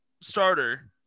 starter